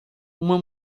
uma